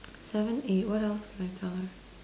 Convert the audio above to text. seven A what else can I tell her